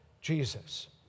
Jesus